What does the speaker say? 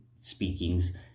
speakings